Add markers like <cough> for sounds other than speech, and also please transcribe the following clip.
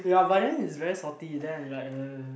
ya but then it's very salty then it's like <noise>